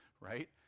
right